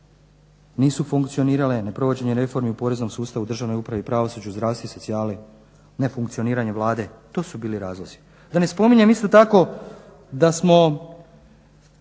nisu funkcionirale, ne provođenje reformi u poreznom sustavu, državnoj upravi, pravosuđu, zdravstvu i socijali, nefunkcioniranje Vlade. To su bili razlozi. Da ne spominjem isto tako da smo